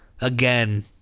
again